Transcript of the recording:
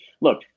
Look